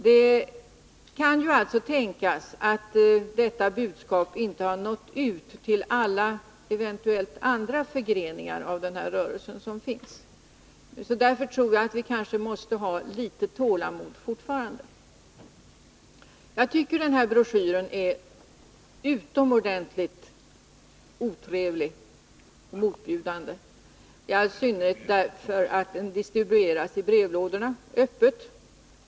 Det kan alltså tänkas att detta budskap inte har nått ut till alla andra eventuella förgreningar av rörelsen. Därför tror jag att vi fortfarande måste ha litet tålamod. Jag tycker att den här broschyren är utomordentligt otrevlig och motbjudande, i all synnerhet som den öppet distribueras i brevlådorna.